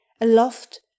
Aloft